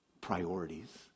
priorities